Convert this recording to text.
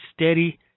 steady